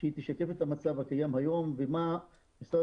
שהיא תשקף את המצב הקיים היום ומה משרד